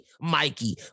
Mikey